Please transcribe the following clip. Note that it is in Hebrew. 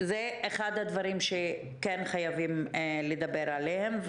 זה אחד הדברים שחייבים לדבר עליהם,